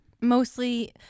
mostly